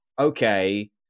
okay